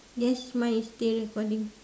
yes mine is still recording